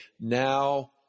Now